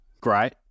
Great